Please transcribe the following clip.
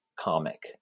comic